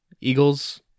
Eagles